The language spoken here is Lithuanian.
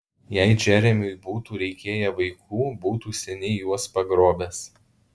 jei džeremiui būtų reikėję vaikų būtų seniai juos pagrobęs